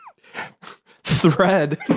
thread